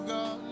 God